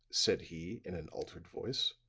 said he, in an altered voice,